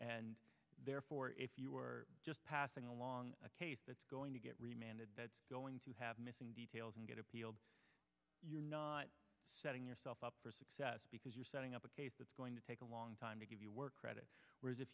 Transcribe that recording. and therefore if you were just passing along a case that's going to get remanded going to have missing details and get appealed you're not setting yourself up for success because you're setting up a case that's going to take a long time to give you work credit whereas if